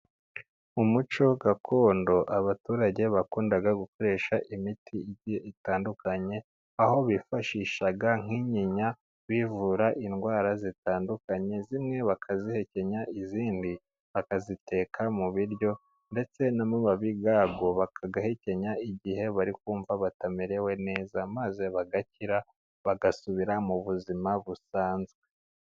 Mu muco gakondo abaturage bakundaga gukoresha imiti igiye itandukanye, aho bifashishaga nk'inyinya bivura indwara zitandukanye, zimwe bakazihekenya izindi bakaziteka mu biryo, ndetse n'amababi yazo bakayahekenya igihe bari kumva batamerewe neza, maze bagakira bagasubira mu buzima busanzwe.